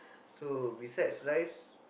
so besides rice